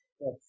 Yes